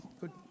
Good